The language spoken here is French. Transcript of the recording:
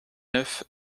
neuf